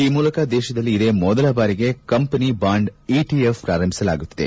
ಈ ಮೂಲಕ ದೇಶದಲ್ಲಿ ಇದೇ ಮೊದಲ ಬಾರಿಗೆ ಕಂಪನಿ ಬಾಂಡ್ ಇಟಿಎಫ್ ಪ್ರಾರಂಭಿಸಲಾಗುತ್ತಿದೆ